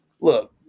look